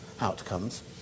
outcomes